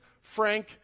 frank